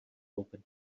open